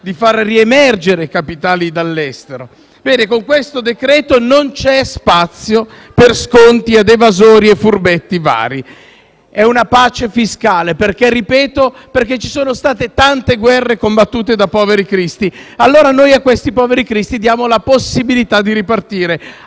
di far riemergere i capitali dall'estero. Bene, con questo decreto-legge non c'è spazio per sconti a evasori e furbetti vari. È una pace fiscale, perché - ripeto - ci sono state tante guerre combattute da poveri cristi. Allora noi a questi poveri cristi diamo la possibilità di ripartire,